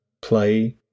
play